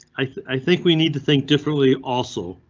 i i think we need to think differently. also,